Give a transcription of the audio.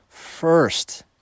first